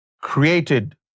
created